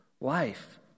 life